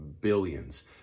billions